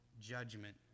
judgment